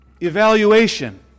evaluation